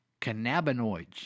cannabinoids